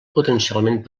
potencialment